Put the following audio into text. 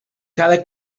cada